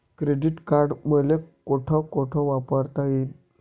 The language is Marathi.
क्रेडिट कार्ड मले कोठ कोठ वापरता येईन?